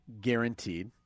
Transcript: guaranteed